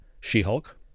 she-hulk